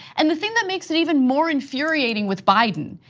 and the thing that makes it even more infuriating with biden,